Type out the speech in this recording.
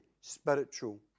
spiritual